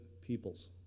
peoples